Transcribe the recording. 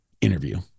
interview